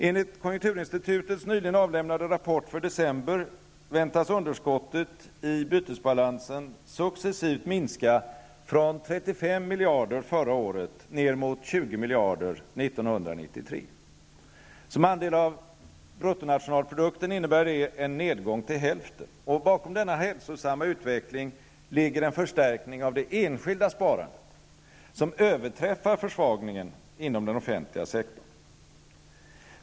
Enligt konjunkturinstitutets nyligen avlämnade rapport för december, väntas underskottet i bytesbalansen successivt minska från Som andel av bruttonationalprodukten innebär detta en nedgång till hälften. Bakom denna hälsosamma utveckling ligger en förstärkning av det enskilda sparandet, som överträffar försvagningen inom den offentliga sektorn.